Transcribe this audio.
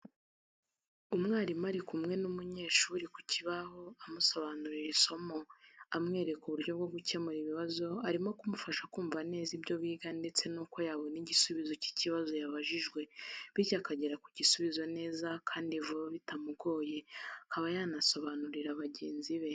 Umwarimu ari kumwe n’umunyeshuri ku kibaho, amusobanurira isomo, amwereka uburyo bwo gukemura ikibazo, arimo kumufasha kumva neza ibyo biga ndetse n'uko yabona igisubizo cy'ikibazo yabajijwe bityo akagera ku gisubizo neza kandi vuba bitamugoye akaba yanasobanurira bagenzi be.